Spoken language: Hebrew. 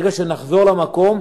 ברגע שנחזור למקום,